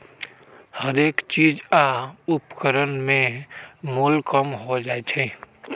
हरेक चीज आ उपकरण में मोल कम हो जाइ छै